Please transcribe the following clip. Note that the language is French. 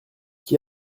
qui